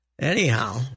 anyhow